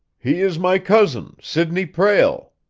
he is my cousin, sidney prale.